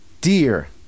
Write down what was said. dear